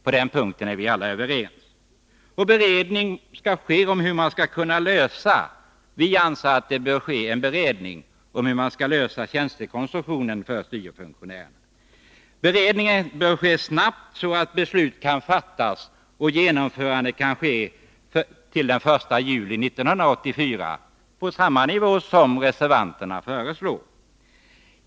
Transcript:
På den punkten är vi alla överens. Vi anser att det bör ske en prövning av frågan om tjänstekonstruktionen för syo-funktionärerna. Beredningen bör ske snabbt, så att beslut kan fattas om genomförande den 1 juli 1984, samma som reservanterna föreslår.